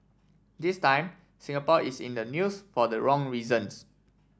this time Singapore is in the news for the wrong reasons